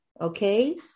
Okay